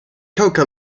coca